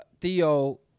Theo